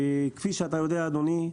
כפי שאתה יודע, אדוני,